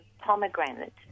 pomegranate